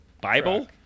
Bible